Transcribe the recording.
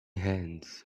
hands